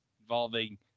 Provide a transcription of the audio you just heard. involving